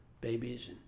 babies